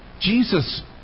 Jesus